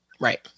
Right